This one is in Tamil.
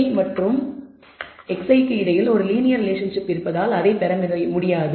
yi மற்றும் xi க்கு இடையில் ஒரு லீனியர் ரிலேஷன்ஷிப் இருப்பதால் பெற முடியாது